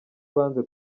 banze